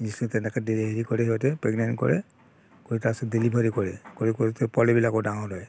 injection তেনেকৈ দি হেৰি কৰে সিহঁতে প্ৰেগনেণ্ট কৰে কৰি তাৰপাছত ডেলিভাৰী কৰে কৰি কৰি পোৱালিবিলাকো ডাঙৰ হয়